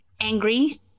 angry